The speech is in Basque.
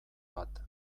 bat